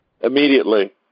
immediately